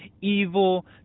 evil